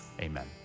Amen